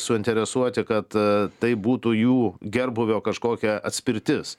suinteresuoti kad tai būtų jų gerbūvio kažkokia atspirtis